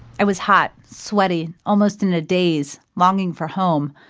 i was hot, sweaty, almost in a daze, longing for home.